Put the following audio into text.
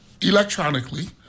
electronically